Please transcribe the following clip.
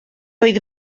oedd